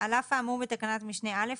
על אף האמור בתקנת משנה (א),